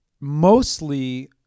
mostly